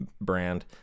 brand